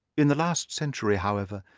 in the last century, however,